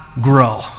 grow